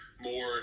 more